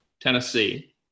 Tennessee